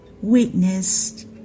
witnessed